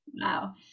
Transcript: Wow